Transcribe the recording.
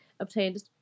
obtained